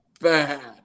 bad